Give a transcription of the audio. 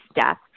death